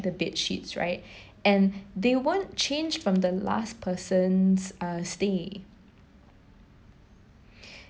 the bed sheets right and they weren't changed from the last person's uh stay